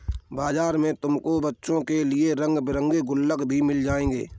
बाजार में तुमको बच्चों के लिए रंग बिरंगे गुल्लक भी मिल जाएंगे